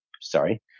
Sorry